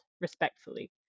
respectfully